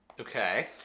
Okay